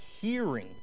hearing